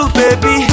baby